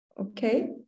Okay